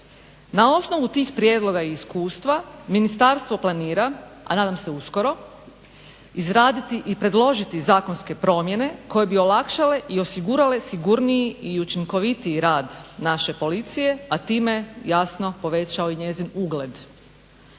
Na osnovi tih prijedloga iskustva ministarstvo planira, a nadam se uskoro izraditi i predložiti zakonske promjene koje bi olakšale i osigurale sigurniji i učinkovitiji rad naše policije a time jasno povećao i njezin ugled.